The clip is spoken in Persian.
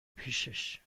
پیشش